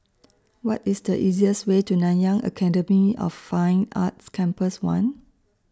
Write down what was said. What IS The easiest Way to Nanyang Academy of Fine Arts Campus one